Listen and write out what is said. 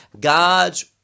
God's